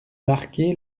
marqué